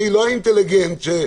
אני לא אינטליגנט עם